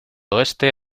oeste